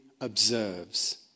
observes